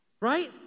Right